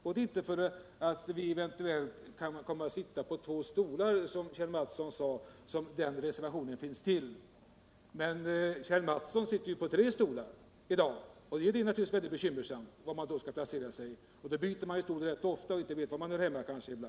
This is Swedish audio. Det är inte därför att vi eventuellt kan komma att sitta på två stolar, som Nr 52 Kjell Mattsson sade, som den reservationen kommit till. Torsdagen den Men Kjell Mattsson sitter på tre stolar i dag. I en sådan situation 15 december 1977 är det naturligtvis väldigt bekymmersamt att räkna ut var man skall placera sig — man byter stol rätt ofta och vet ibland kanske inte var — Den fysiska